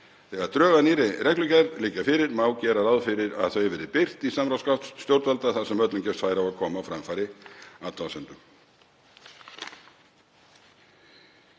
Þegar drög að nýrri reglugerð liggja fyrir má gera ráð fyrir að þau verði birt í samráðsgátt stjórnvalda þar sem öllum gefst færi á að koma á framfæri athugasemdum.“